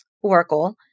oracle